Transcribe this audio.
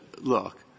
look